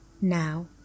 Now